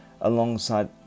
alongside